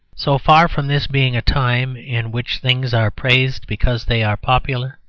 so far from this being a time in which things are praised because they are popular,